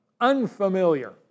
unfamiliar